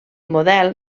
model